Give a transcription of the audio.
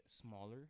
smaller